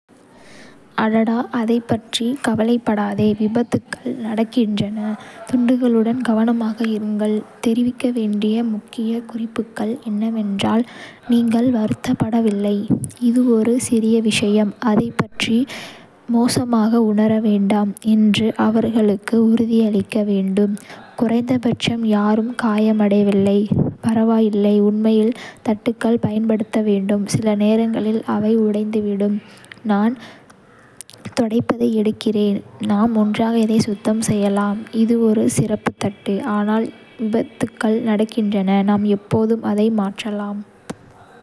அடடா, அதைப் பற்றி கவலைப்படாதே! விபத்துகள் நடக்கின்றன, துண்டுகளுடன் கவனமாக இருங்கள். தெரிவிக்க வேண்டிய முக்கிய குறிப்புகள் என்னவென்றால், நீங்கள் வருத்தப்படவில்லை, இது ஒரு சிறிய விஷயம், அதைப் பற்றி மோசமாக உணர வேண்டாம் என்று அவர்களுக்கு உறுதியளிக்க வேண்டும். குறைந்தபட்சம் யாரும் காயமடையவில்லை. பரவாயில்லை, உண்மையில், தட்டுகள் பயன்படுத்தப்பட வேண்டும், சில நேரங்களில் அவை உடைந்துவிடும். நான் துடைப்பத்தை எடுக்கிறேன், நாம் ஒன்றாக இதை சுத்தம் செய்யலாம். அது ஒரு சிறப்புத் தட்டு, ஆனால், விபத்துகள் நடக்கின்றன. நாம் எப்போதும் அதை மாற்றலாம்.